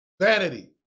Vanity